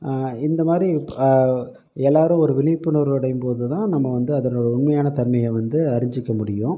இந்த மாதிரி எல்லோரும் ஒரு விழிப்புணர்வு அடையும் போது தான் நம்ம வந்து அதனோடய உண்மையான தன்மையை வந்து அறிஞ்சுக்க முடியும்